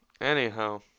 Anyhow